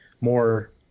more